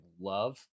love